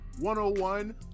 101